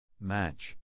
Match